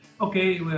Okay